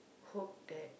hope that